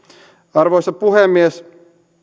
arvoisa puhemies